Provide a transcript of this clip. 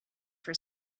for